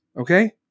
Okay